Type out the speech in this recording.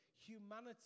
humanity